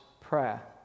prayer